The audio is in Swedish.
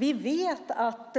Vi vet att